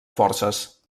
forces